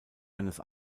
eines